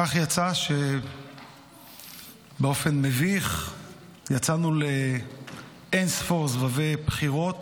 כך יצא שבאופן מביך יצאנו לאין-ספור סבבי בחירות,